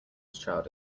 child